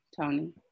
Tony